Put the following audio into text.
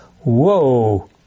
Whoa